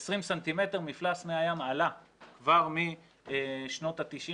ל-20 ס"מ מפלס מי הים עלה כבר משנות ה-90'